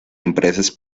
empresas